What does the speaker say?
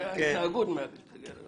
אין דבר שיכול לאתגר את הנהג.